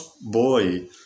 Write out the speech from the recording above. boy